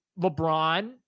LeBron